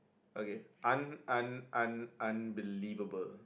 okay un~ un~ un~ unbelievable